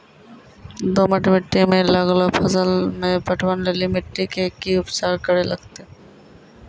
दोमट मिट्टी मे लागलो फसल मे पटवन लेली मिट्टी के की उपचार करे लगते?